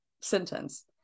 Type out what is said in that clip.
sentence